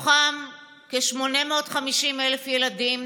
מתוכם כ-850,000 ילדים,